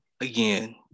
again